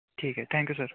ਠੀਕ ਹੈ thank you sir